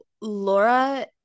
Laura